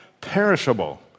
perishable